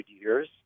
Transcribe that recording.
years